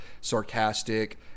sarcastic